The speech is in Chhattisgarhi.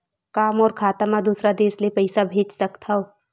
का मोर खाता म दूसरा देश ले पईसा भेज सकथव?